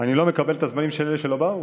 אני לא מקבל את הזמנים של אלה שלא באו?